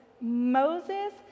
Moses